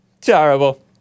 Terrible